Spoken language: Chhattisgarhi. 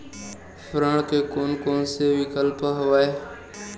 ऋण के कोन कोन से विकल्प हवय?